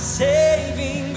saving